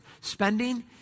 spending